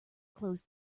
closed